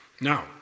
Now